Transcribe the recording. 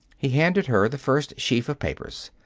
he handed her the first sheaf of papers.